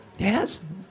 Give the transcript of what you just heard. yes